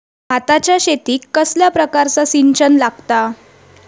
भाताच्या शेतीक कसल्या प्रकारचा सिंचन लागता?